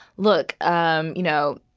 look um you know,